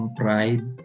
pride